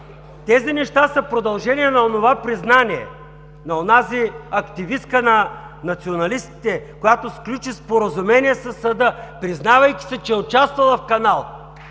тези неща са продължение на онова признание на онази активистка на националистите, която сключи споразумение със съда, признавайки си, че е участвала в канал